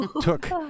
took